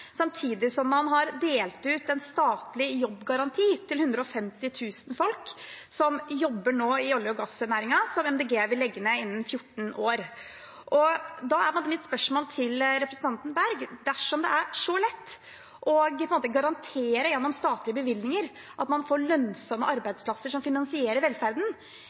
samtidig som man har delt ut en statlig jobbgaranti til 150 000 folk som nå jobber i olje- og gassnæringen, som Miljøpartiet De Grønne vil legge ned innen 14 år. Da er mitt spørsmål til representanten Berg: Dersom det er så lett gjennom statlige bevilgninger å garantere lønnsomme arbeidsplasser som finansierer velferden,